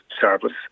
service